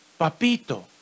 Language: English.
Papito